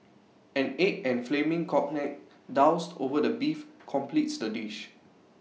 an egg and flaming cognac doused over the beef completes the dish